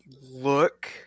look